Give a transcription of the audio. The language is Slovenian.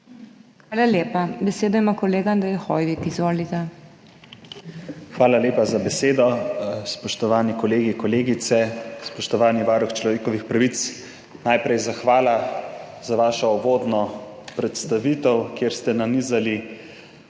Hvala lepa. Besedo ima kolega Andrej Hoivik. Izvolite. **ANDREJ HOIVIK (PS SDS):** Hvala lepa za besedo. Spoštovani kolegi, kolegice, spoštovani varuh človekovih pravic! Najprej hvala za vašo uvodno predstavitev, kjer ste nanizali